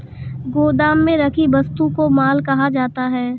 गोदाम में रखी वस्तु को माल कहा जाता है